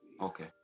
Okay